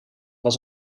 was